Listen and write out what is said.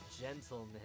Gentlemen